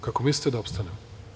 Kako mislite da opstanemo?